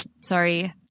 sorry